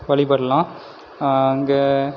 வழிபடலாம் அங்கே